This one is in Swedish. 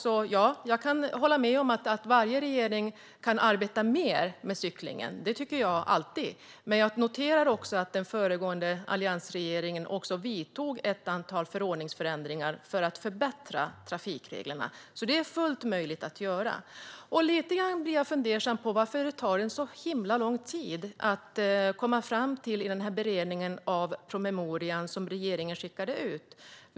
Jag kan hålla med om att varje regering kan arbeta mer med cyklingen. Det tycker jag alltid att man ska göra. Men jag noterar också att den föregående alliansregeringen genomförde ett antal förordningsförändringar för att förbättra trafikreglerna. Det är alltså fullt möjligt att göra. Jag bli lite fundersam på varför det tar så himla lång tid att komma fram till något i beredningen av promemorian som regeringen skickade ut.